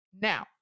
Now